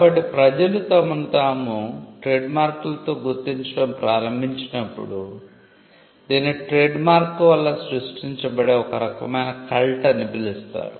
కాబట్టి ప్రజలు తమను తాము ట్రేడ్మార్క్ లతో గుర్తించడం ప్రారంభించినప్పుడు దీనిని ట్రేడ్మార్క్ల వల్ల సృష్టించబడే ఒక రకమైన కల్ట్ అని పిలుస్తారు